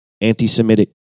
anti-Semitic